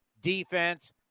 defense